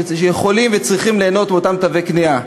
שיכולים וצריכים ליהנות מאותם תווי קנייה.